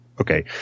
Okay